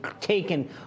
taken